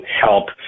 help